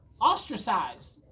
ostracized